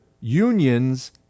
Unions